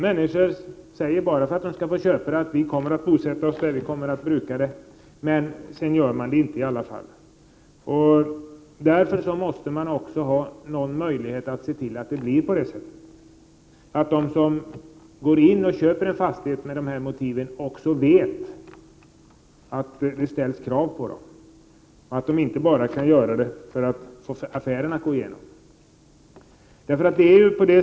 Människor säger bara för att få köpa en fastighet att de kommer att bosätta sig på och bruka fastigheten, men sedan gör de det ändå inte. Därför måste det finnas en möjlighet att se till att bestämmelserna efterlevs. De som köper en fastighet skall veta att det ställs krav på dem och att de inte kan lova något bara för att affären skall gå igenom.